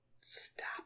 Stop